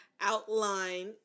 outline